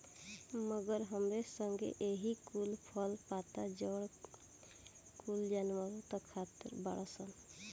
मगर हमरे संगे एही कुल फल, पत्ता, जड़ कुल जानवरनो त खाते बाड़ सन